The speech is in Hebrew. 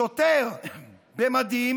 שוטר במדים